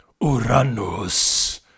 Uranus